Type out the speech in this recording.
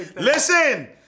Listen